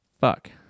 Fuck